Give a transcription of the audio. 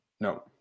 No